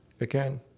again